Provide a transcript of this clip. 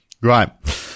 right